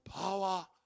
power